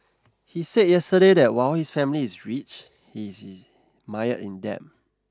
he said yesterday that while his family is rich he is mired in debt